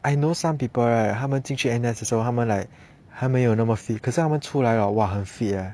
I know some people right 他们进去 N_S 的时候他们 like 还没有那么 fit 可是他们出来了 !wah! 很 fit leh